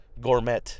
gourmet